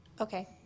Okay